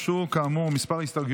הוגשו כמה הסתייגויות,